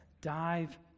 dive